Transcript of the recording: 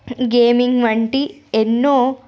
gaming వంటి ఎన్నో